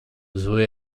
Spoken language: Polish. zły